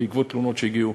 בעקבות תלונות שהגיעו,